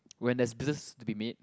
when there's business to be meet